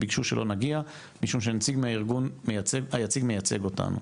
ביקשו שלא נגיע משום שנציג מהארגון מייצג אותנו.